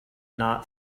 not